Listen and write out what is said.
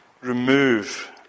remove